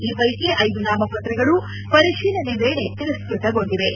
ಈ ಪೈಕಿ ಐದು ನಾಮಪತ್ರಗಳು ಪರಿಶೀಲನೆ ವೇಳೆ ತಿರಸ್ಟತಗೊಂಡಿವೆ